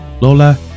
lola